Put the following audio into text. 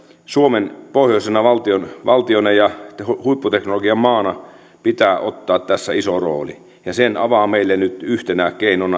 suomen pohjoisena valtiona ja huipputeknologian maana pitää ottaa tässä iso rooli ja sen avaa meille nyt yhtenä keinona